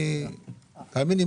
תאמין לי,